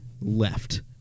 left